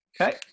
Okay